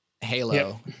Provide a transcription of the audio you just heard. halo